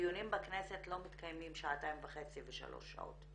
דיונים בכנסת לא מתקיימים שעתיים וחצי ושלוש שעות.